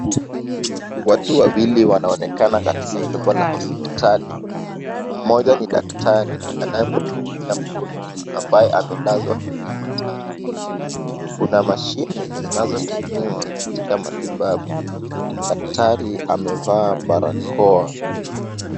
Watu wawili wanaonekana katika jumba la hospitali. Mmoja ni daktari anayemhudumia mgonjwa ambaye amelazwa kwenye kitanda. Kuna mashini zinazotumiwa katika matibabu. Daktari amevaa barakoa.